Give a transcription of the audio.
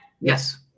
yes